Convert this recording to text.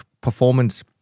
performance